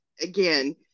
again